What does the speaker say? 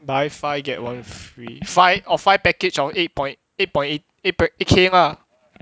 buy five get one free five oh five package of eight point eight point eight poi~ eight K lah